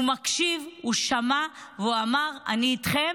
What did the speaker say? הוא מקשיב, הוא שמע, והוא אמר: אני איתכם.